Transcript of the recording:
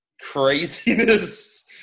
craziness